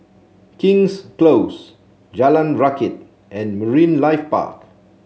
King's Close Jalan Rakit and Marine Life Park